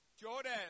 Jordan